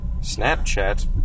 Snapchat